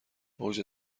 اوج